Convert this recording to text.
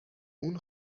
اون